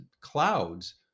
clouds